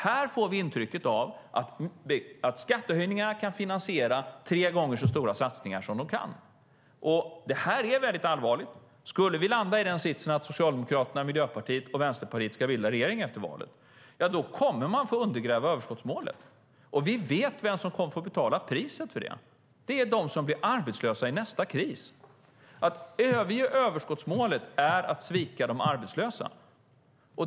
Här får vi intrycket att skattehöjningar kan finansiera tre gånger så stora satsningar som de kan. Detta är väldigt allvarligt. Skulle vi landa i den sitsen att Socialdemokraterna, Miljöpartiet och Vänsterpartiet ska bilda regering efter valet kommer de att undergräva överskottsmålet. Och vi vet vem som kommer att få betala priset för det: Det är de som blir arbetslösa i nästa kris. Att överge överskottsmålet är att svika de arbetslösa.